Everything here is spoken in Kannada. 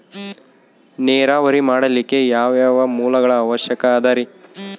ನೇರಾವರಿ ಮಾಡಲಿಕ್ಕೆ ಯಾವ್ಯಾವ ಮೂಲಗಳ ಅವಶ್ಯಕ ಅದರಿ?